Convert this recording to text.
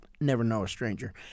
never-know-a-stranger